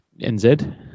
NZ